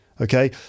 Okay